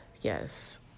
yes